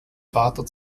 vater